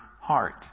heart